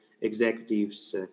executives